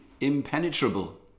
impenetrable